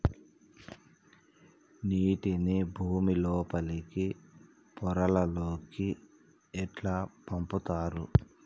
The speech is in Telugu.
నీటిని భుమి లోపలి పొరలలోకి ఎట్లా పంపుతరు?